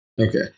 Okay